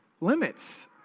limits